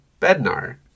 Bednar